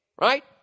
right